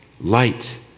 Light